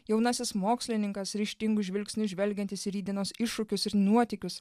jaunasis mokslininkas ryžtingu žvilgsniu žvelgiantis į rytdienos iššūkius ir nuotykius